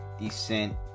descent